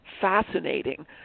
fascinating